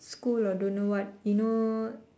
school or don't know what you know